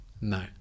no